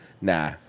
Nah